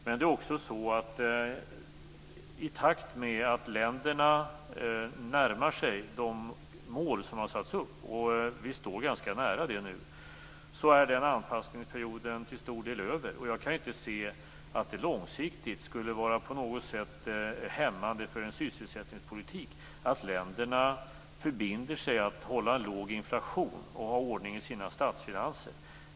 Men det är också så att i och med att länderna närmar sig de mål som har satts upp - och vi står ganska nära dem nu - är anpassningsperioden till stor del över. Jag kan inte se att det långsiktigt skulle vara på något sätt hämmande för en sysselsättningspolitik att länderna förbinder sig att hålla låg inflation och att ha ordning i sina statsfinanser.